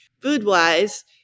Food-wise